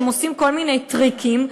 עושים כל מיני טריקים,